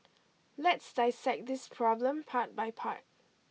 let's dissect this problem part by part